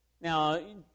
Now